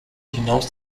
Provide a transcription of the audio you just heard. hinaus